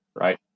right